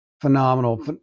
phenomenal